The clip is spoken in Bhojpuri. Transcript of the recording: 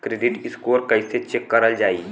क्रेडीट स्कोर कइसे चेक करल जायी?